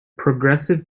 progressive